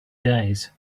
days